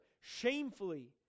shamefully